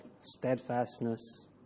steadfastness